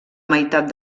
meitat